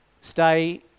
stay